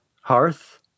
hearth